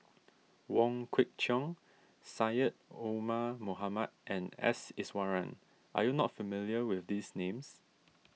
Wong Kwei Cheong Syed Omar Mohamed and S Iswaran are you not familiar with these names